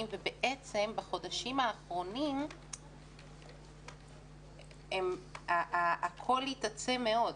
ובעצם בחודשים האחרונים הכול התעצם מאוד,